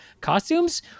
Costumes